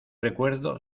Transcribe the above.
recuerdo